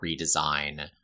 redesign